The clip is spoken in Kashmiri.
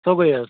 سرٛۄگٕے حظ